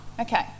Okay